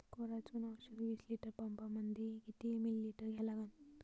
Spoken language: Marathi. कोराजेन औषध विस लिटर पंपामंदी किती मिलीमिटर घ्या लागन?